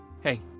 Hey